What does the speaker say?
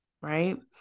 right